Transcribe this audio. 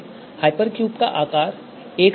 hypercube का आकार 1000 है